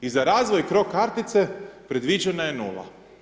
I za razvoj cro kartice predviđena je nula.